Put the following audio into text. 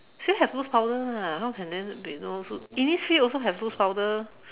still have loose powder lah how can there be no Innisfree also have loose powder